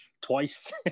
twice